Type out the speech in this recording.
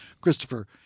Christopher